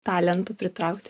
talentų pritraukti